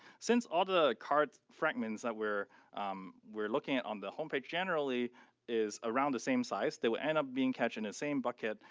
since all the card fragments that we're we're looking at on the homepage generally is around the same size, they will end up being cached in the same bucket,